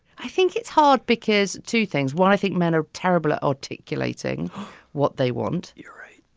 i think it's hard because two things. one, i think men are terrible at articulating what they want. you're right.